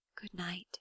Good-night